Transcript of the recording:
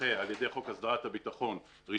שמונחה על ידי חוק הסדרת הביטחון באותה